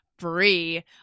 free